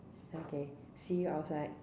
okay see you outside